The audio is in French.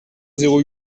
zéro